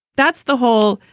that's the whole.